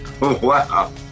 Wow